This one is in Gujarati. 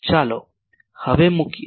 ચાલો હવે મૂકીએ